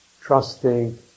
trusting